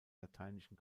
lateinischen